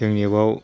जोंनि बेयाव